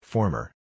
Former